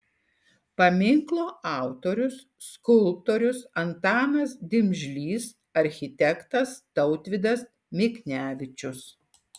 paminklo autorius skulptorius antanas dimžlys architektas tautvydas miknevičius